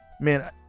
Man